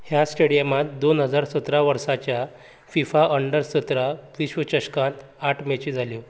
ह्या स्टेडियमांत दोन हजार सतरा वर्साच्या फिफा अंडर सतरा विश्वचषकांत आठ मॅची जाल्यो